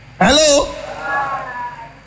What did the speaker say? hello